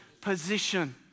position